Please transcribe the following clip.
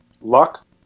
Luck